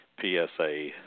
psa